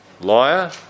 liar